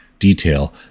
detail